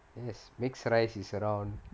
yes mixed rice is around